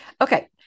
Okay